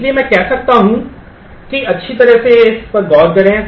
इसलिए मैं कह सकता हूं कि अच्छी तरह से इस पर गौर करें